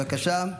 בבקשה,